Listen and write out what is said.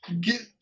get